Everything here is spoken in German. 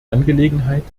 angelegenheit